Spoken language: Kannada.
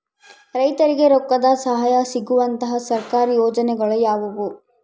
ರೈತರಿಗೆ ರೊಕ್ಕದ ಸಹಾಯ ಸಿಗುವಂತಹ ಸರ್ಕಾರಿ ಯೋಜನೆಗಳು ಯಾವುವು?